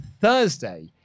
thursday